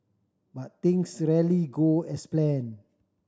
but things rarely go as planned